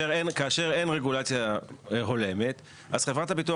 כאשר אין רגולציה הולמת אז חברת הביטוח